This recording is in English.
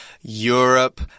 Europe